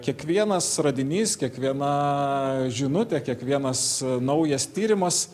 kiekvienas radinys kiekviena žinutė kiekvienas naujas tyrimas